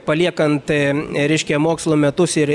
paliekant reiškia mokslo metus ir